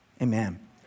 Amen